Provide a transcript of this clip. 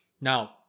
now